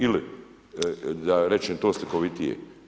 Ili da rečem to slikovitije.